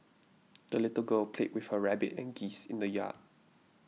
the little girl played with her rabbit and geese in the yard